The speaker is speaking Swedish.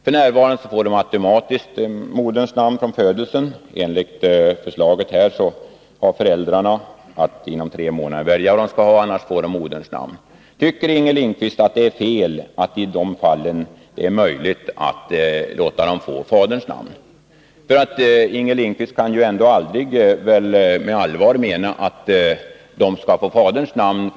F.n. får de automatiskt moderns namn från födelsen. Enligt det framlagda förslaget har föräldrarna tre månader på sig att välja namn. Annars får barnen moderns namn. Tycker Inger Lindquist att det är fel att mani de fallen låter barnet få faderns namn? Inger Lindquist kan ju aldrig på allvar mena att de automatiskt skall få faderns namn.